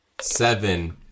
seven